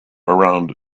around